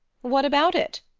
what about it?